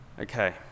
Okay